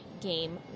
game